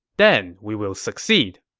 then we will succeed.